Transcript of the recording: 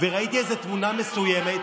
וראיתי איזו תמונה מסוימת,